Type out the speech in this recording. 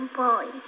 boy